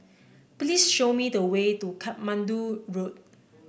please show me the way to Katmandu Road